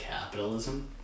capitalism